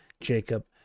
jacob